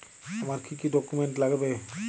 আমার কি কি ডকুমেন্ট লাগবে?